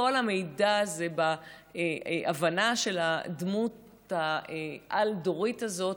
כל המידע הזה בהבנה של הדמות העל-דורית הזאת,